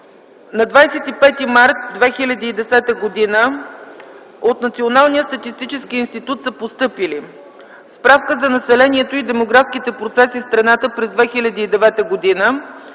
На 25 март 2010 г. от Националния статистически институт са постъпили: справка за населението и демографските процеси в страната през 2009 г.,